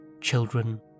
children